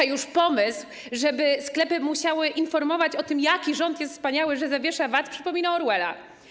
A już pomysł, żeby sklepy musiały informować o tym, jaki rząd jest wspaniały, że zawiesza VAT, przypomina Orwella.